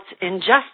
injustice